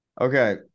Okay